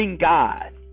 God